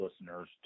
listeners